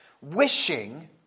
wishing